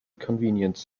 convenience